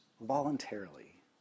voluntarily